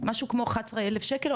משהו כמו 11 אלף שקל,